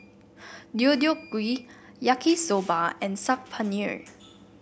Deodeok Gui Yaki Soba and Saag Paneer